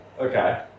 Okay